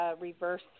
reverse